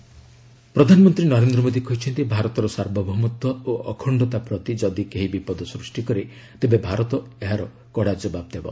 PM ପ୍ରଧାନମନ୍ତ୍ରୀ ନରେନ୍ଦ୍ର ମୋଦି କହିଛନ୍ତି ଭାରତର ସାର୍ବଭୌମତ୍ୱ ଓ ଅଖଣ୍ଡତା ପ୍ରତି ଯଦି କେହି ବିପଦ ସୃଷ୍ଟି କରେ ତେବେ ଭାରତ ଏହାର କଡ଼ା ଜବାବ ଦେବ